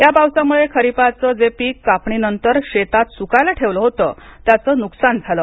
या पावसामुळे खरिपाचं जे पीक कापणीनंतर शेतात सुकायला ठेवलं होतं त्याचं नुकसान झालं